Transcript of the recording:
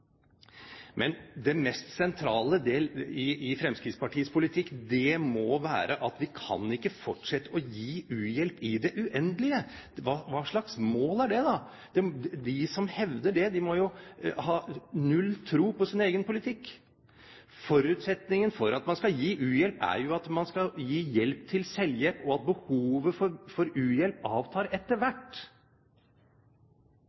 Men den mest sentrale del i Fremskrittspartiets politikk må være at vi kan ikke fortsette å gi u-hjelp i det uendelige. Hva slags mål er det, da? De som hevder det, må jo ha null tro på sin egen politikk. Forutsetningen for at man skal gi u-hjelp, er jo at man skal gi hjelp til selvhjelp, og at behovet for u-hjelp avtar etter